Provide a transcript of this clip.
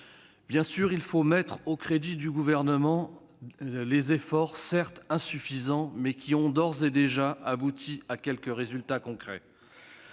Bien sûr, il faut mettre au crédit du Gouvernement des efforts, certes insuffisants, mais qui ont d'ores et déjà abouti à quelques résultats concrets.